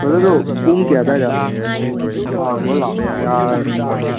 brother ꯑꯗꯣ ꯄꯨꯡ ꯀꯌꯥ ꯑꯗꯥꯏꯗ ꯍꯥꯡꯕ